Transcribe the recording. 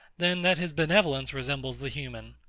than that his benevolence resembles the human.